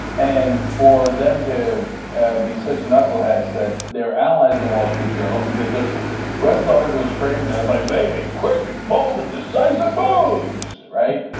and for them to be such knuckleheads that their allies the wall street journal because the rest of the article was framed as like they made quick and bold and decisive booms, right?